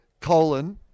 colon